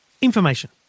information